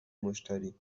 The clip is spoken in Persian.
مشتری